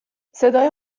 صدای